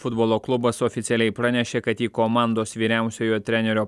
futbolo klubas oficialiai pranešė kad į komandos vyriausiojo trenerio